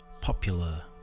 popular